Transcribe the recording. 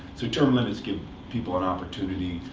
so term limits give people an opportunity,